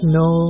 no